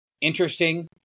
interesting